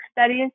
studies